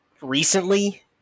recently